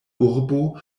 urbo